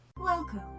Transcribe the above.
Welcome